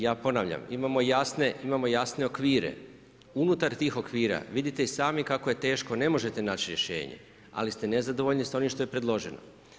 Ja ponavljam, imamo jasne okvire, unutar tih okvira vidite i sami kako je teško, ne možete naći rješenje, ali ste nezadovoljni s onim što je predloženo.